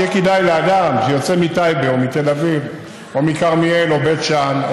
שיהיה כדאי לאדם שיוצא מטייבה או מתל אביב או מכרמיאל או מבית שאן או